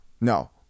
no